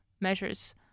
measures